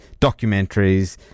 documentaries